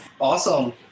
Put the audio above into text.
awesome